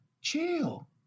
Chill